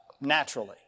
naturally